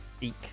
eek